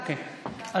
אוקיי.